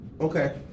okay